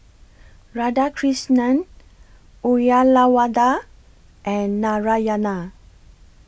Radhakrishnan Uyyalawada and Narayana